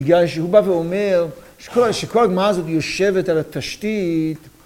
בגלל שהוא בא ואומר, שכל הגמרא הזאת יושבת על התשתית...